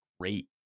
great